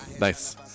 Nice